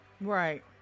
Right